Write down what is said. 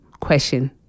question